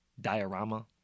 diorama